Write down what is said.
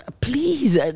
please